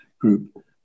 group